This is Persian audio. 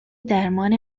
درمان